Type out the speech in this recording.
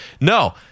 No